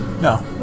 No